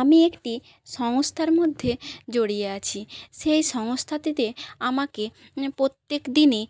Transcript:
আমি একটি সংস্থার মধ্যে জড়িয়ে আছি সেই সংস্থাটিতে আমাকে প্রত্যেক দিনই